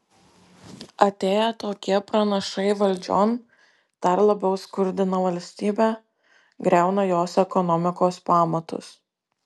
atėję tokie pranašai valdžion dar labiau skurdina valstybę griauna jos ekonomikos pamatus